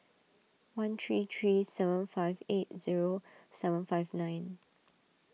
one three three seven five eight zero seven five nine